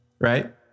right